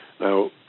Now